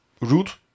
root